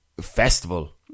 festival